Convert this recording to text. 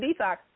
detox